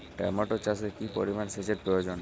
Tomato চাষে কি পরিমান সেচের প্রয়োজন?